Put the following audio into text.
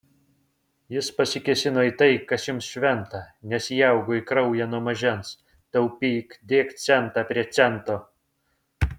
jis pasikėsino į tai kas jums šventa nes įaugo į kraują nuo mažens taupyk dėk centą prie cento